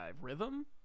rhythm